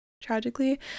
tragically